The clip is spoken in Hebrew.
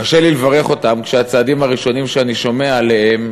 קשה לי לברך אותם כשהצעדים הראשונים שאני שומע עליהם